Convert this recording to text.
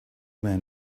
man